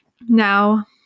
now